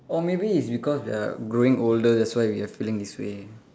or maybe it's because we're growing older that's why we are feeling this way